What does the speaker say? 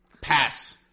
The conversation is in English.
Pass